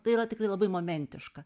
tai yra tikrai labai momentiška